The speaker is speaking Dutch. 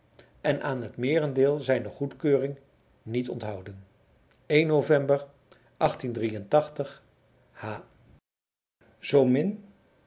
en aan het meerendeel zijne goedkeuring niet onthouden e november ha zoomin